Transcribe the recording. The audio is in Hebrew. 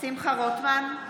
שמחה רוטמן,